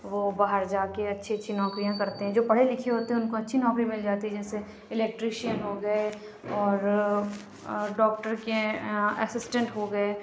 وہ باہر جا کے اچھی اچھی نوکریاں کرتے ہیں جو پڑھے لکھے ہوتے ہیں اُن کو اچھی نوکری مل جاتی ہے جیسے الکٹریشین ہو گیے اور ڈاکٹر کے یہاں اسسٹنٹ ہو گیے